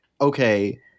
okay